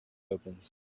opens